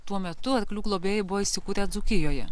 tuo metu arklių globėjai buvo įsikūrę dzūkijoje